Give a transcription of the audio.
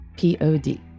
Pod